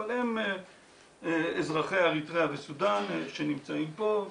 אבל הם אזרחי אריתריאה וסודן שנמצאים פה,